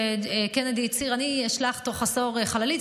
כשקנדי הצהיר: אני אשלח תוך עשור חללית,